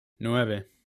nueve